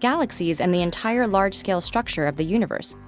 galaxies and the entire large scale structure of the universe,